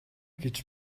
гэж